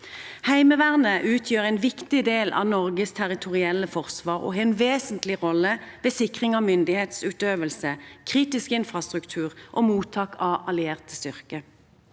Heimevernet utgjør en viktig del av Norges territorielle forsvar og har en vesentlig rolle ved sikring av myndighetsutøvelse, kritisk infrastruktur og mottak av allierte styrker.